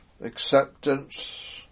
acceptance